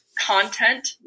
content